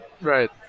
Right